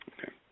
Okay